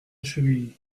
chevilly